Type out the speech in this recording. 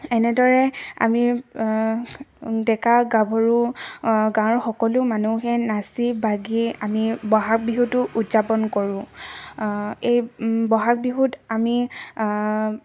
এনেদৰে আমি ডেকা গাভৰু গাঁৱৰ সকলো মানুহে নাচি বাগি আমি বহাগ বিহুটো উদযাপন কৰোঁ এই বহাগ বিহুত আমি